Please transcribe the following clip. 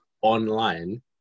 online